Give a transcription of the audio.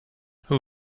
who